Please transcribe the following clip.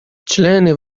члены